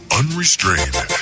unrestrained